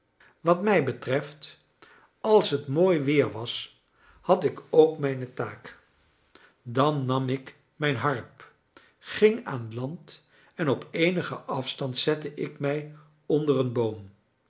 wat mij betreft als het mooi weer was had ik ook mijne taak dan nam ik mijn harp ging aan land en op eenigen afstand zette ik mij onder een boom